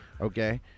Okay